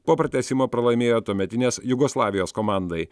po pratęsimo pralaimėjo tuometinės jugoslavijos komandai